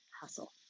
hustle